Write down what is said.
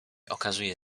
okazuje